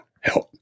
help